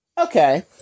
Okay